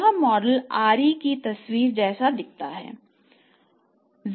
यह मॉडल आरी की तस्वीर जैसा दिखता है